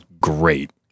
great